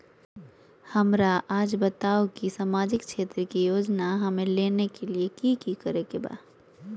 हमराज़ बताओ कि सामाजिक क्षेत्र की योजनाएं हमें लेने के लिए कि कि करे के बा?